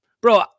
bro